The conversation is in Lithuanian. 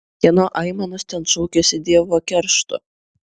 kieno aimanos ten šaukiasi dievo keršto